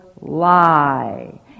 lie